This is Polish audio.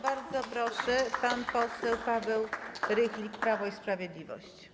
Bardzo proszę, pan poseł Paweł Rychlik, Prawo i Sprawiedliwość.